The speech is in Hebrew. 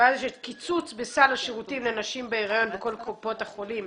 וכן: קיצוץ בסל השירותים לנשים בהריון בכל קופות החולים,